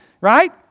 right